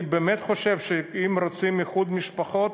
אני באמת חושב שאם רוצים איחוד משפחות,